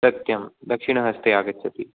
सत्यम् दक्षिणहस्ते आगच्छति